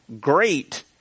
great